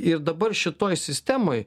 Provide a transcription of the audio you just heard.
ir dabar šitoj sistemoj